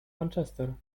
manchester